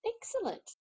Excellent